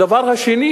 הדבר השני,